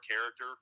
character